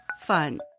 fun